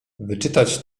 wyczytać